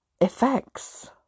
effects